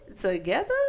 together